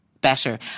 better